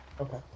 Okay